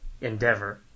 Endeavor